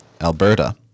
Alberta